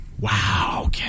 Wow